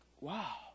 wow